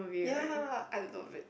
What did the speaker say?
ya I love it